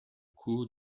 coût